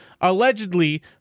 allegedly